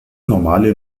normale